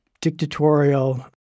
dictatorial